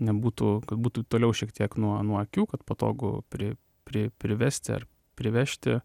nebūtų būtų toliau šiek tiek nuo nuo akių kad patogu pri pri privesti ar privežti